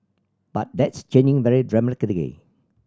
but that's changing very dramatically